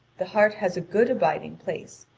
the heart has a good abiding-place,